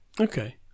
Okay